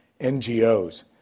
NGOs